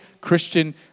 Christian